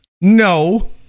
No